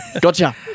Gotcha